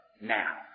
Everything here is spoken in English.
now